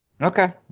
Okay